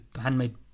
handmade